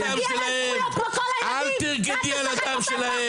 מגיע להם זכויות כמו כל הילדים -- אל תרקדי על הדם שלהם,